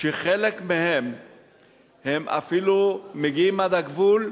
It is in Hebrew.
שחלק מהם אפילו מגיעים עד הגבול,